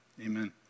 Amen